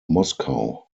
moscow